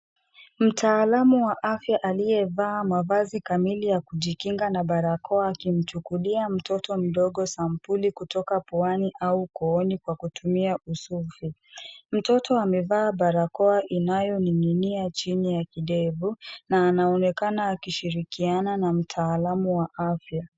Mtaalamu wa afya aliyevaa mavazi kamili ya kujikinga na barakoa akimchukulia mtoto mdogo sampuli kutoka puwani au kooni kwa kutumia usufi. Mtoto amevaa barakoa inayoning'inia chini ya kidevu na anaonekana akishirikiana na mtaalamu wa afya.